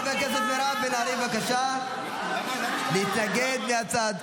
חברת הכנסת מירב בן ארי, בבקשה, להתנגד להצעה.